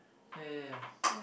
ya ya ya